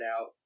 out